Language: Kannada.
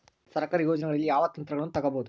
ಸರ್ಕಾರಿ ಯೋಜನೆಗಳಲ್ಲಿ ಯಾವ ಯಂತ್ರಗಳನ್ನ ತಗಬಹುದು?